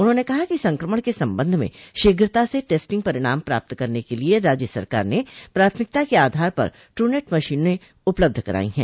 उन्होंने कहा कि संक्रमण के संबंध में शीघ्रता से टेस्टिंग परिणाम प्राप्त करने के लिये राज्य सरकार ने प्राथमिकता के आधार पर ट्रूनेट मशीने उपलब्ध कराई है